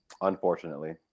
Unfortunately